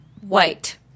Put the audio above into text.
white